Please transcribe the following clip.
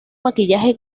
maquillaje